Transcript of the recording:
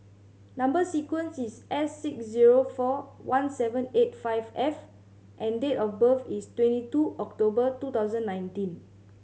number sequence is S six zero four one seven eight five F and date of birth is twenty two October two thousand nineteen